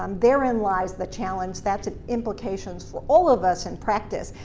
um therein lies the challenge that's ah implications for all of us in practice,